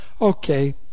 Okay